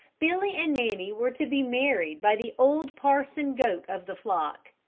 billy and nanny were to be married by the old parson goat of the flock,